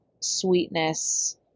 sweetness